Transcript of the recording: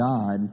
God